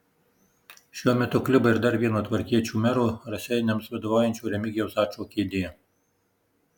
šiuo metu kliba ir dar vieno tvarkiečių mero raseiniams vadovaujančio remigijaus ačo kėdė